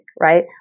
right